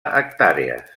hectàrees